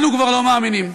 לנו כבר לא מאמינים.